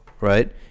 right